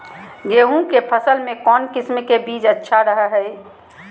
गेहूँ के फसल में कौन किसम के बीज अच्छा रहो हय?